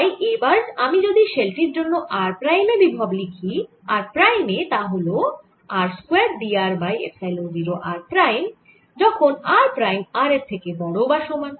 তাই এবার আমি যদি শেল টির জন্য r প্রাইমে বিভব লিখি r প্রাইমে তা হল r square d r by epsilon 0 r prime যখন r প্রাইম r এর থেকে বড় বা সমান